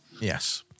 Yes